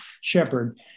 shepherd